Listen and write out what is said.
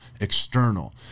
External